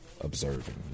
Observing